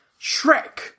Shrek